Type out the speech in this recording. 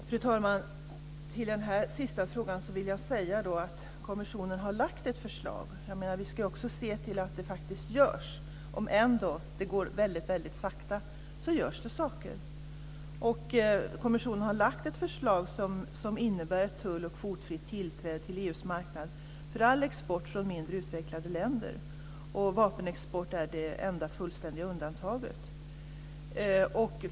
Fru talman! På denna sista fråga vill jag svara att kommissionen har lagt fram ett förslag. Vi ska också se att det faktiskt görs saker. Även om det går väldigt sakta görs det saker. Kommissionen har lagt fram ett förslag som innebär tull och kvotfritt tillträde till EU:s marknad för all export från mindre utvecklade länder. Vapenexport är det enda fullständiga undantaget.